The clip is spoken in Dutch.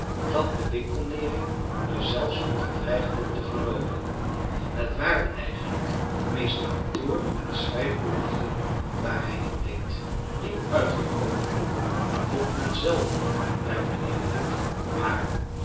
dat de winkelnering er zelfs onder dreigde te verloopen het waren eigenlijk meest kantoor en schrijfbehoeften waar hij in deed nieuwuitgekomen boeken vond men zelden bij mijnheer blik maar